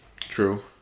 true